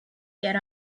yet